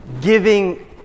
giving